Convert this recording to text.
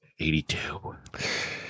82